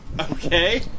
Okay